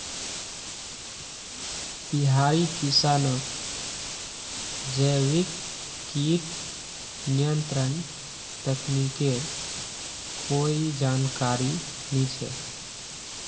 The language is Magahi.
बिहारी किसानक जैविक कीट नियंत्रण तकनीकेर कोई जानकारी नइ छ